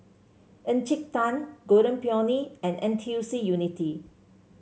Encik Tan Golden Peony and N T U C Unity